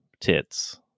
tits